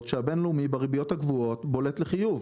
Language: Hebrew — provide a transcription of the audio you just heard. שהבינלאומי בריביות הקבועות בולט לחיוב.